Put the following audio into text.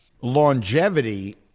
longevity